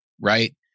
right